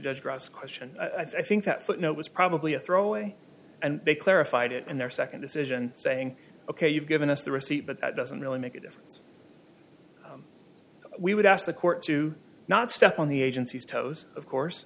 judge cross question i think that footnote was probably a throw away and they clarified it and their second decision saying ok you've given us the receipt but that doesn't really make a difference we would ask the court to not step on the agency's toes of course